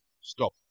stop